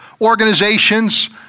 organizations